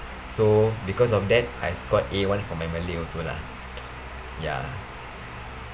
so because of that I scored A one for my malay also lah ya